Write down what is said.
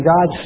God